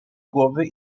głowy